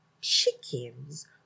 chickens